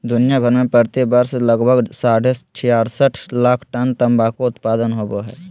दुनिया भर में प्रति वर्ष लगभग साढ़े छियासठ लाख टन तंबाकू उत्पादन होवई हई,